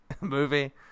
movie